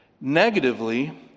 negatively